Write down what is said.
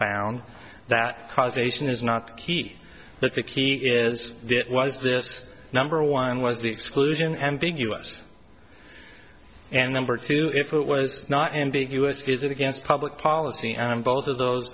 found that causation is not the key but the key is it was this number one was the exclusion ambiguous and number two if it was not ambiguous visit against public policy and both of those